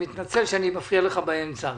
אני מתנצל שאני מפריע לך באמצע.